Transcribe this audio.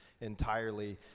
entirely